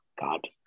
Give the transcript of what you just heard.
God